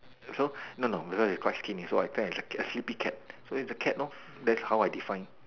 so no no the girl is quite skinny so I think is a cat a sleepy cat so is a cat lor that's how I define